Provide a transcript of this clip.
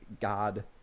God